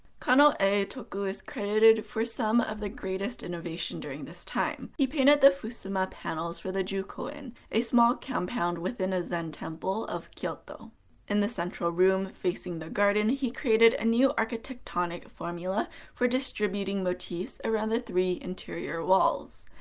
kano eitoku is credited for some of the greatest innovation during this time. he painted the fusuma panels for the jukoin, a small compound within a zen temple in kyoto in the central room facing the garden, he created a new architectonic formula for distributing motifs around the three interior walls.